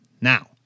Now